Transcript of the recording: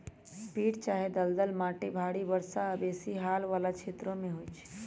पीट चाहे दलदल माटि भारी वर्षा आऽ बेशी हाल वला क्षेत्रों में होइ छै